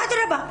אדרבה,